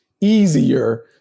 easier